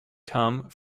come